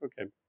okay